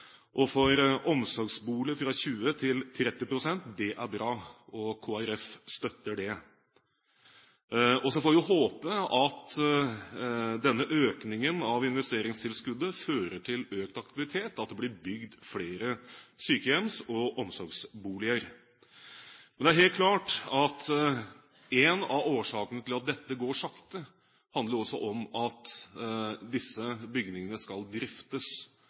bygging av omsorgsboliger fra 20 pst. til 30 pst., er bra, og Kristelig Folkeparti støtter det. Så får vi håpe at denne økningen av investeringstilskuddet fører til økt aktivitet, at det blir bygd flere sykehjemsplasser og omsorgsboliger. Det er helt klart at en av årsakene til at dette går sakte, også handler om at disse bygningene skal